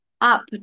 up